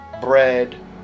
bread